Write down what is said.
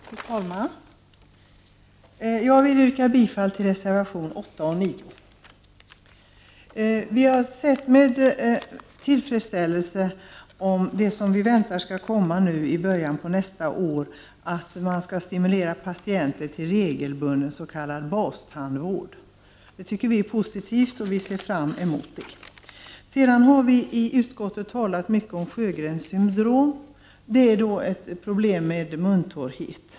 Fru talman! Jag yrkar bifall till reservationerna 8 och 9. Vi har sett med tillfredsställelse att man skall stimulera patienter till regelbunden s.k. bastandvård. Det skall ju börja nästa år. Det tycker vi är positivt och ser fram emot det. I utskottet har vi talat mycket om Sjögrens syndrom. Det är ett problem med muntorrhet.